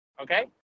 okay